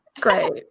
Great